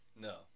No